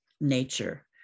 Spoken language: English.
nature